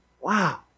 Wow